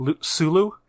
Sulu